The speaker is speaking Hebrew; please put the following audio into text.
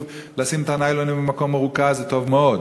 לשים את הניילונים במקום מרוכז זה טוב מאוד,